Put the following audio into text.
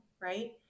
right